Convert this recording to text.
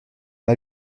pas